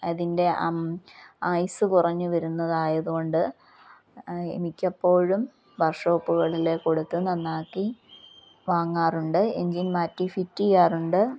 അതിൻ്റെ ഐസ് കുറഞ്ഞഞ് വരുന്നതായത് കൊണ്ട് എനിക്കെപ്പോഴും വർഷോപ്പുകളിൽ കൊടുത്ത് നന്നാക്കി വാങ്ങാറുണ്ട് എഞ്ജിൻ മാറ്റി ഫിറ്റ് ചെയ്യാറുണ്ട്